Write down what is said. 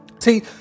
See